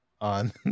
on